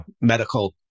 Medical